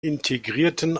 integrierten